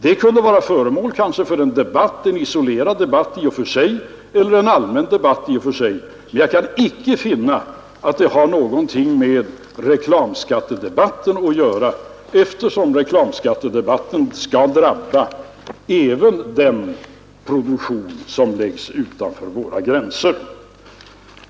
Det kunde i och för sig bli föremål för en isolerad eller en allmän debatt, men jag kan icke finna att det har något att göra med reklamskattedebatten, eftersom reklamskatten skall drabba även den produktion som läggs utanför våra gränser.